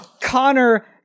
Connor